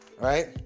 Right